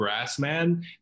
Grassman